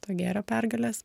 to gėrio pergalės